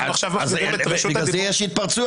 בגלל זה יש התפרצויות,